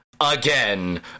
again